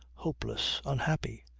hopeless, unhappy?